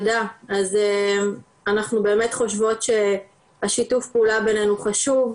אנחנו באמת חושבות שהשיתוף פעולה בינינו חשוב,